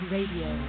Radio